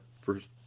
first